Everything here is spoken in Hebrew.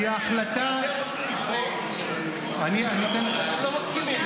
כי ההחלטה --- אתם עושים חוק --- אתם לא מסכימים.